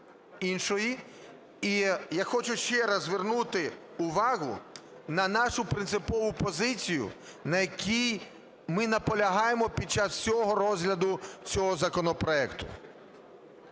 І я хочу ще раз звернути увагу на нашу принципову позицію, на якій ми наполягаємо під час всього розгляду цього законопроекту.